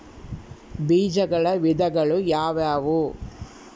ಬೇಜಗಳ ವಿಧಗಳು ಯಾವುವು?